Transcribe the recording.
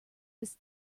was